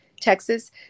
Texas